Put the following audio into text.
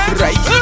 right